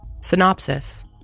Synopsis